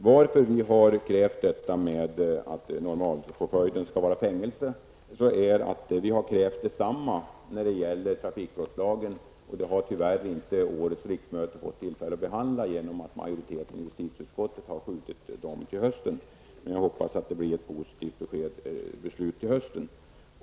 Vi har krävt att normalpåföljden skall vara fängelse, och vi har krävt detsamma när det gäller trafikbrottslagen. Det har tyvärr inte årets riksmöte fått tillfälle att behandla, eftersom majoriteten i justitieutskottet skjutit upp dessa frågor till hösten. Jag hoppas att det blir ett positivt beslut då.